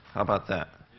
about that?